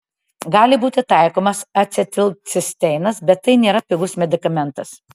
gali būti taikomas acetilcisteinas bet tai nėra pigus medikamentas